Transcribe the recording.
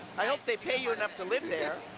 i hope they pay you enough to live there!